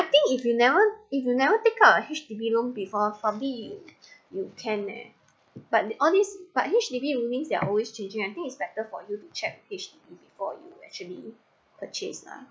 I think if you never if you never take out a H_D_B loan before probably you can leh but all these but H_D_B ruling that means they're always changing I think it's better for you to check H_D_B before you actually purchase lah